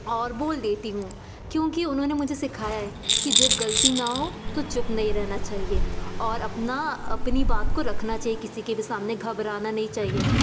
और बोल देती हूँ क्योंकि उन्होंने मुझे सिखाया है की जब गलती न हो तो चुप नहीं रहना चाहिए और अपना अपनी बात को रखना चाहिए किसी के भी सामने घबराना नहीं चाहिए